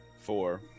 Four